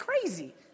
crazy